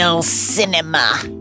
cinema